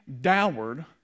downward